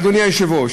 אדוני היושב-ראש.